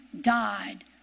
died